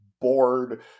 bored